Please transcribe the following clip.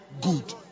good